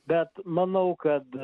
bet manau kad